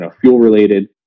fuel-related